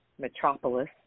metropolis